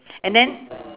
and then